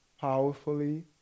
powerfully